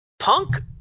Punk